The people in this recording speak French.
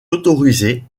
autorisée